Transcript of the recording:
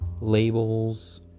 Labels